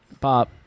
pop